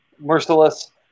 Merciless